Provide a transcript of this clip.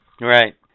Right